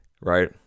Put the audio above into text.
right